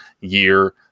year